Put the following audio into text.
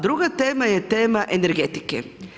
Druga tema je tema energetike.